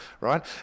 right